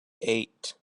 eight